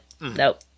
nope